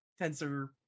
tensor